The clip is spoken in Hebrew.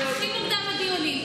הכי מוקדם לדיונים,